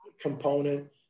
component